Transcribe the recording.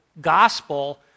gospel